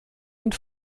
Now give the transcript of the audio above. und